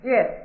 Yes